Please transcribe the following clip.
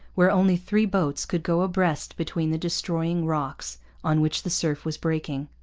where only three boats could go abreast between the destroying rocks on which the surf was breaking.